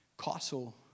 castle